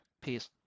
peace